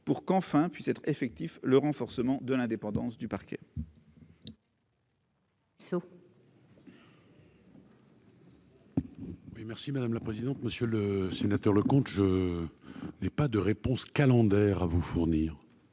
pour qu'enfin puisse être effectif le renforcement de l'indépendance du parquet. Merci madame la présidente, monsieur le sénateur, le compte, je n'ai pas de réponse calendaire à vous fournir,